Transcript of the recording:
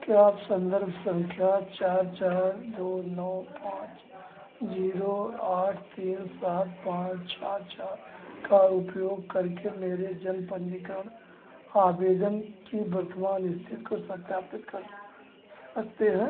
क्या आप सन्दर्भ सँख्या चार चार दो नौ पाँच ज़ीरो आठ तीन सात पाँच छह छह का उपयोग करके मेरे जन्म पन्जीकरण आवेदन की वर्तमान इस्थिति को सत्यापित कर सकते हैं